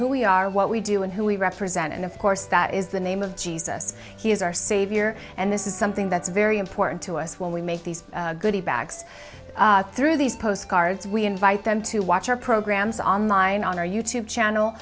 who we are what we do and who we represent and of course that is the name of jesus he is our savior and this is something that's very important to us when we make these goody bags through these postcards we invite them to watch our programs on line on our you tube channel